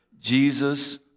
Jesus